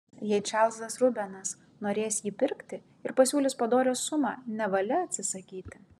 jei čarlzas rubenas norės jį pirkti ir pasiūlys padorią sumą nevalia atsisakyti